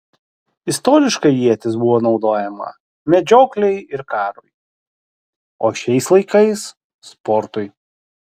istoriškai ietis buvo naudojama medžioklei ir karui o šiais laikais sportui